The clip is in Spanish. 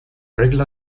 regla